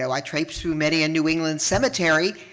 i traipse through many a new england cemetery,